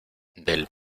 del